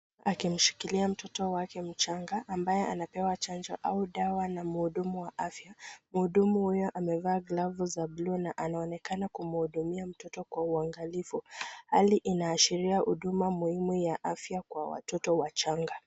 Akimshikilia mtoto wake mchanga ambaye anapewa chanjo au dawa na mhudumu wa afya. Mhudumu huyu amevaa glavu za bluu na anaonekana kumhudumia mtoto kwa uangalifu. Hali inaashiria huduma muhimu ya afya kwa watoto wachanga.